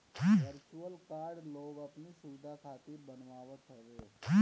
virtual card लोग अपनी सुविधा खातिर बनवावत हवे